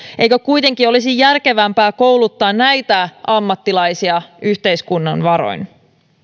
eikö kuitenkin olisi järkevämpää kouluttaa näitä ammattilaisia yhteiskunnan varoin